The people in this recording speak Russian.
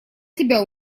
тебя